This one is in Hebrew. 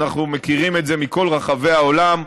אנחנו מכירים את זה מכל רחבי העולם,